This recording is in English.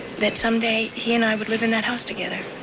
that someday he and i would live in that house together.